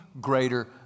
greater